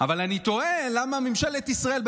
אבל אני תוהה למה ממשלת ישראל,